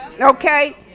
Okay